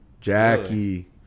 Jackie